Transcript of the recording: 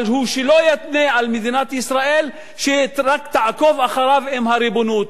אבל שהוא לא יתנה למדינת ישראל שהיא רק תעקוב אחריו עם הריבונות.